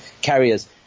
carriers